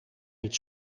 niet